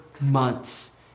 months